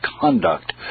conduct